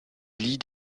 lits